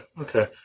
okay